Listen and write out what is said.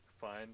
fine